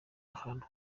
ahantu